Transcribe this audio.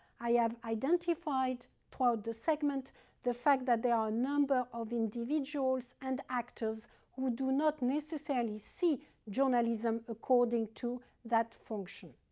i have identified throughout the segment the fact that there are a number of individuals and actors who do not necessarily see journalism according to that function.